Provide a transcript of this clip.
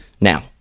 now